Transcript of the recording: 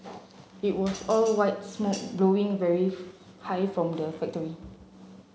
it was all white smoke blowing very high from the factory